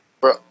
bro